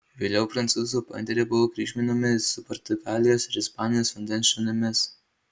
vėliau prancūzų pointeriai buvo kryžminami ir su portugalijos ir ispanijos vandens šunimis